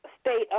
state